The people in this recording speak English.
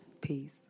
Peace